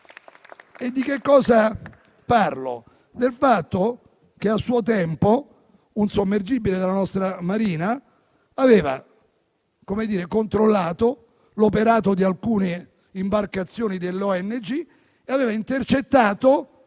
Di che cosa parlo? Del fatto che, a suo tempo, un sommergibile della nostra Marina aveva controllato l'operato di alcune imbarcazioni delle ONG e aveva intercettato